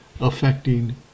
affecting